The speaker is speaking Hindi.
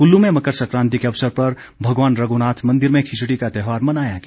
कुल्लू में मकर सकांति के अवसर पर भगवान रघुनाथ मंदिर में खिचड़ी का त्यौहार मनाया गया